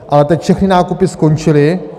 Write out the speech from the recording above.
Ale teď všechny nákupy skončily.